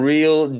Real